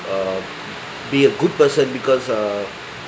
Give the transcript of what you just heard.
uh be a good person because uh